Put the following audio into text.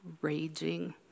raging